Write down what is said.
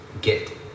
get